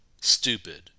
stupid